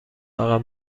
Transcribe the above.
عقب